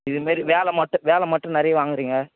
இதுமாரி வேலை மட்டும் வேலை மட்டும் நிறையா வாங்குறிங்க